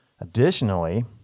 Additionally